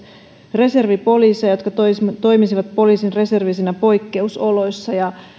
reservipoliiseja jotka toimisivat poliisin reservinä poikkeusoloissa ja